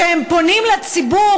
כשהם פונים לציבור,